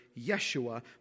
Yeshua